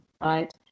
right